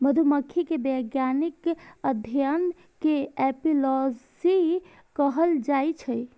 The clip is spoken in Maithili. मधुमाछी के वैज्ञानिक अध्ययन कें एपिओलॉजी कहल जाइ छै